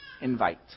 Invite